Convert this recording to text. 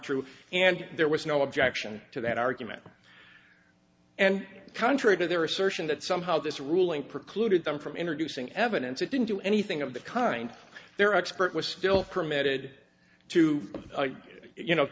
true and there was no objection to that argument and contrary to their assertion that somehow this ruling precluded them from introducing evidence it didn't do anything of the kind their expert was still permitted to you know